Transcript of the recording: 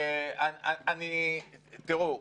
תראו,